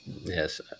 Yes